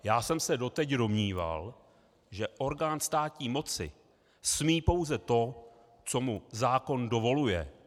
Já jsem se doteď domníval, že orgán státní moci smí pouze to, co mu zákon dovoluje.